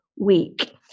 week